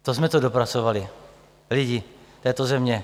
To jsme to dopracovali, lidi této země.